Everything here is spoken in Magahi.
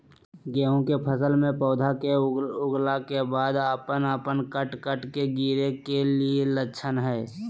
गेहूं के फसल में पौधा के उगला के बाद अपने अपने कट कट के गिरे के की लक्षण हय?